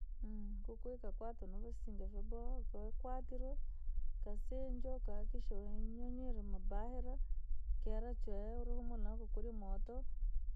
nkukuu ikaakwetwa nivasinga vyaboowa, koo yakwatirwa, yakasinjwa ukahakikishe uinyonyolwa mabaira, yakaera chwee uni humula maa wakakonya moto,